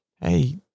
Hey